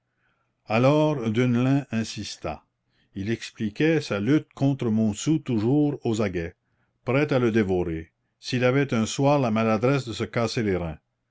alors deneulin insista il expliquait sa lutte contre montsou toujours aux aguets prêt à le dévorer s'il avait un soir la maladresse de se casser les reins